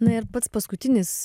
na ir pats paskutinis